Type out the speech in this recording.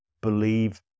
believe